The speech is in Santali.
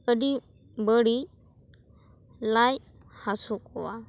ᱟᱹᱰᱤ ᱵᱟᱹᱲᱤᱡ ᱞᱟᱡ ᱦᱟᱥᱚ ᱠᱚᱣᱟ